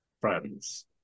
friends